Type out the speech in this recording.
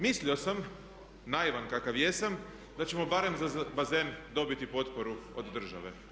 Mislio sam, naivan kakav jesam, da ćemo barem za bazen dobiti potporu od države.